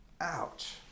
Ouch